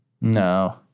No